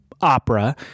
opera